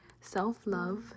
Self-love